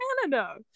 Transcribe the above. canada